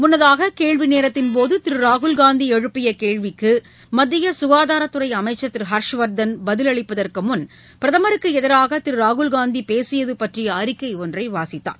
முன்னதாக கேள்விநேரத்தின்போது திரு ராகுல்காந்தி எழுப்பிய கேள்விக்கு மத்திய ககாதாரத்துறை அமைச்சர் திரு ஹர்ஷ்வர்தன் பதிலளிப்பதற்குமுன் பிரதமருக்கு எதிராக திரு ராகுல்காந்தி பேசியது பற்றிய அறிக்கை ஒன்றை வாசித்தார்